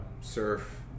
surf